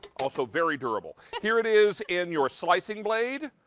also very durable. here it is in your slicing blade.